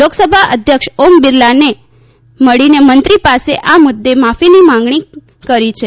લોકસભા અધ્યક્ષ ઓમ બિરલાને મળીને મંત્રી પાસે આ મુદ્દે માફીની માગણી કરી છે